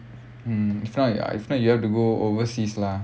mm if not if you have to go overseas lah